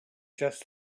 just